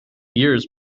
years